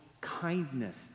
kindness